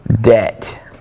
debt